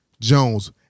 Jones